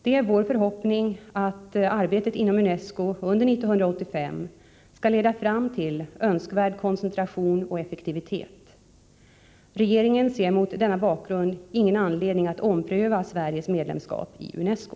Det är vår förhoppning att arbetet inom UNESCO under 1985 skall leda fram till önskvärd koncentration och effektivitet. Regeringen ser mot denna bakgrund ingen anledning att ompröva Sveriges medlemskap i UNESCO.